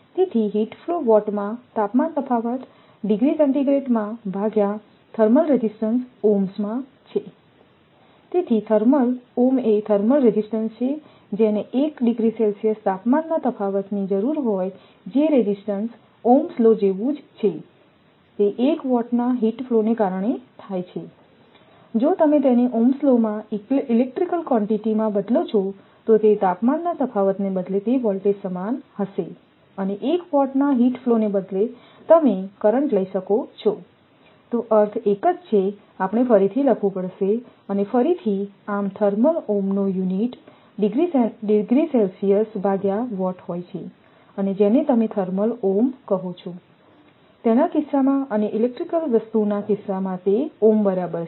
તેથી heat flow વોટમાં તાપમાન તફાવતડિગ્રી સેન્ટિગ્રેડમાં ભાગ્યા થર્મલ રેઝિસ્ટન્સ ઓહ્મ્સમાં છે તેથી થર્મલ ઓહ્મ એ થર્મલ રેઝિસ્ટન્સ છે જેને તાપમાનના તફાવતની જરૂર હોય જે રેઝિસ્ટન્સ ઓહ્મસ લૉ જેવું જ છે તે 1 વોટના હિટ ફ્લોના કારણે થાય છે જો તમે તેને ઓહ્મસ લૉમાં ઇલેક્ટ્રિકલ ક્વોન્ટીટી માં બદલો છો તો તે તાપમાનના તફાવતને બદલે તે વોલ્ટેજ સમાન હશે અને 1 વોટના હિટ ફ્લોને બદલે તમે કરંટ લઈ શકો છો તો અર્થ એક જ છે આપણે ફરીથી લખવું પડશે અને ફરીથી આમ થર્મલ ઓમનો યુનિટ હોય છે અને તમે જેને થર્મલ ઓમ કહો છો તેના કિસ્સામાં અને ઇલેક્ટ્રિકલ વસ્તુના કિસ્સામાં તે ઓમ બરાબર છે